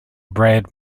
brad